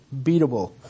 beatable